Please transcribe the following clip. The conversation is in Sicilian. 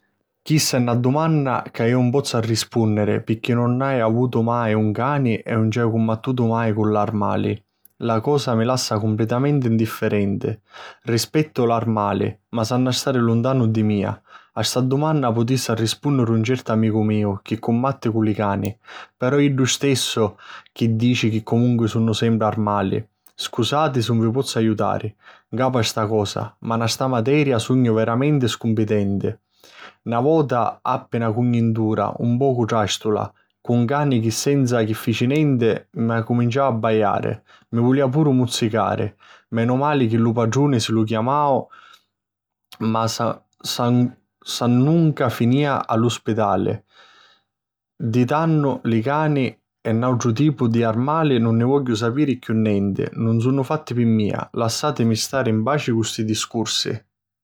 Chista è na dumanna ca iu nun pozzu rispùnniri picchì nun haju avutu mai un cani e nun ci haju cummattutu mai cu l'armali. La cosa mi lassa cumpletamenti indifferenti. Rispettu l’armali ma s’hannu a stari luntanu di mia. A sta dumanna putissi arrispùnniri un certu amicu miu chi cummatti cu li cani; però è iddu stessu chi dici chi comunqui sunnu sempri armali. Scusati si nun vi pozzu aiutari, 'ncapu a sta cosa, ma nna sta materia sugnu veramenti scumpitente. Na vota appi na cugnintura un pocu tràstula cu 'n cani chi senza chi ci fici nenti, me cuminciau a abbaiari; mi vulìa puru muzzicari. Menu mali chi lu patruni si lu chiamau ma sa, sa... s'annunca finìa a lu spitali. Di tannu li cani e n'àutru tipu di armali 'un nni vogghiu sapiri chiù nenti. Nun sunnu fatti pi mia: lassàtimi stari 'n paci cu sti discursi!